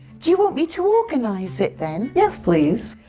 do you want me to organize it then? yes please.